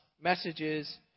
messages